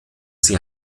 sie